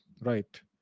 Right